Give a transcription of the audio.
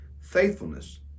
faithfulness